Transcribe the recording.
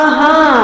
Aha